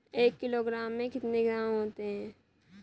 एक किलोग्राम में कितने ग्राम होते हैं?